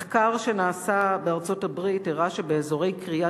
מחקר שנעשה בארצות-הברית הראה שבאזורי כרייה